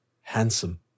handsome